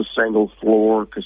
single-floor